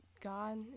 God